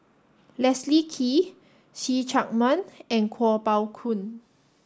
Leslie Kee See Chak Mun and Kuo Pao Kun